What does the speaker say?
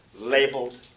labeled